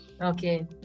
okay